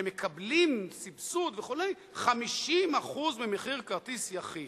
שמקבלים סבסוד וכו' 50% ממחיר כרטיס יחיד.